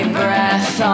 breath